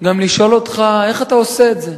גם לשאול אותך איך אתה עושה את זה.